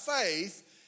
faith